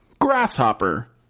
grasshopper